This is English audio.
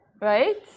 right